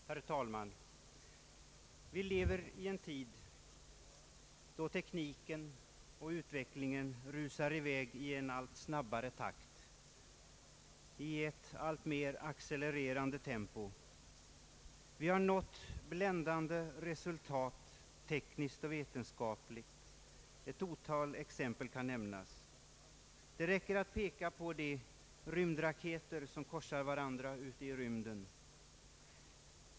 Herr talman! Vi lever i en tid då tekniken och utvecklingen rusar i väg i en allt snabbare takt, i ett alltmer accelererande tempo. Vi har nått bländande resultat tekniskt och vetenskapligt — ett stort antal exempel kan nämnas. Det räcker att peka på de rymdraketer som korsar varandra i rymden.